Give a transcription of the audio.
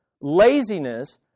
Laziness